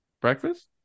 breakfast